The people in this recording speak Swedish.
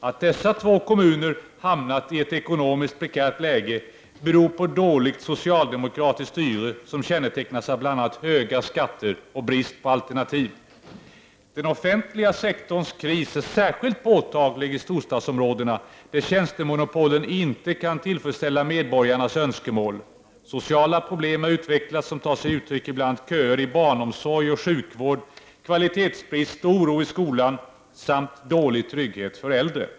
Att dessa två kommuner hamnat i ett ekonomiskt prekärt läge beror på dåligt socialdemokratiskt styre, som kännetecknas av bl.a. höga skatter och brist på alternativ. Den offentliga sektorns kris är särskilt påtaglig i storstadsområdena, där tjänstemonopolen inte kan tillfredsställa medborgarnas önskemål. Sociala problem har utvecklats som tar sig uttryck i bl.a. köer i barnomsorg och sjukvård, kvalitetsbrist och oro i skolan samt dålig trygghet för äldre.